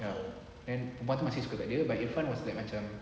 ya and perempuan tu masih suka kat dia but irfan was like macam